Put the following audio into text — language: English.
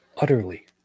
utterly